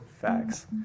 facts